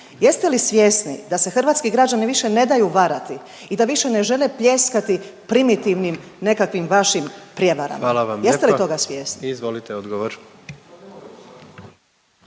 Jeste li svjesni da se hrvatski građani više ne daju varati i da više ne žele pljeskati primitivnim nekakvim vašim prijevarama. …/Upadica predsjednik: Hvala vam